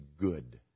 good